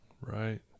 Right